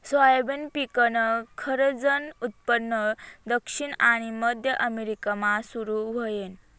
soybean पिकनं खरंजनं उत्पन्न दक्षिण आनी मध्य अमेरिकामा सुरू व्हयनं